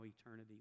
eternity